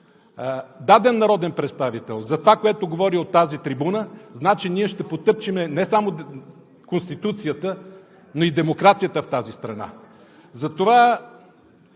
даден народен представител за това, което говори от трибуната, значи ние ще потъпчем не само Конституцията, но и демокрацията в тази страна.